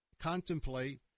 contemplate